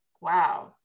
Wow